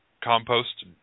compost